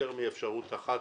מאפשרות אחת